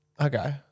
Okay